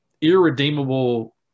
irredeemable